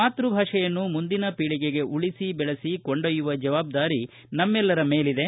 ಮಾತ್ಸಭಾಷೆಯನ್ನು ಮುಂದಿನ ಪೀಳಿಗೆಗೆ ಉಳಿಸಿ ಬೆಳೆಸಿ ಕೊಂಡೊಯ್ತುವ ಜವಾಬಾರಿ ನಮ್ನೆಲ್ಲರ ಮೇಲಿದೆ